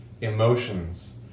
emotions